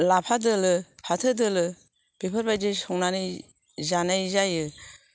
लाफा दोलो फाथो दोलो बेफोर बायदि संनानै जानाय जायो